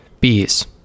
Bees